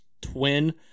twin